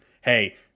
hey